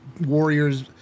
Warriors